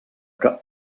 que